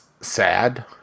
sad